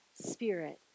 Spirit